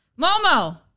momo